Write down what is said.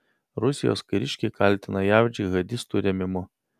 rusijos kariškiai kaltina jav džihadistų rėmimu